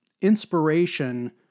inspiration